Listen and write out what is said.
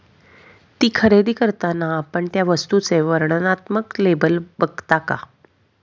ती खरेदी करताना आपण त्या वस्तूचे वर्णनात्मक लेबल बघता का?